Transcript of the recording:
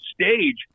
stage